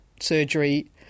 surgery